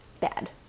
Bad